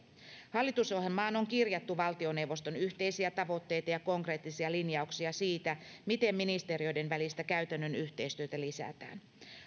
hallitusohjelmaan on kirjattu valtioneuvoston yhteisiä tavoitteita ja konkreettisia linjauksia siitä miten ministeriöiden välistä käytännön yhteistyötä lisätään